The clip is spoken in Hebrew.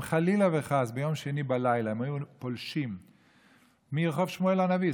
אם חלילה וחס ביום שני בלילה הם היו פולשים מרחוב שמואל הנביא,